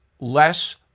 less